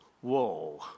Whoa